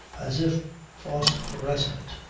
as if phosphorescent,